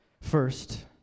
First